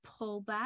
pullback